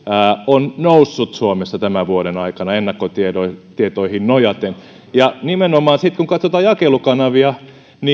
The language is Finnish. on noussut suomessa tämän vuoden aikana ennakkotietoihin nojaten ja nimenomaan kun katsotaan jakelukanavia